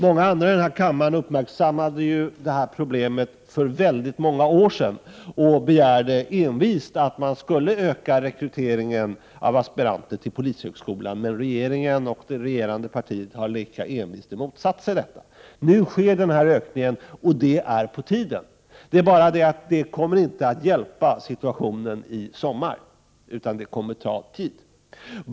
Många andra i denna kammare uppmärksammade problemet för flera år sedan, och de begärde envist att man skulle öka rekryteringen av aspiranter till polishögskolan. Men regeringen och det regerande partiet har lika envist motsatt sig detta. Nu sker denna ökning — och det är på tiden! Men det kommer inte att hjälpa situationen i sommar, utan det kommer att ta tid.